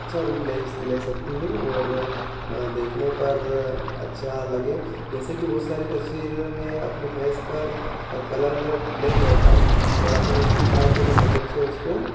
अच्छा रूप ले ले सकती है और देखने पर अच्छा लगे जैसे कि बहुत सारी तस्वीर में अपने फैस पर कलर ब्लेक रहता है और अपन उस पिकआर्ट के माध्यम से उसको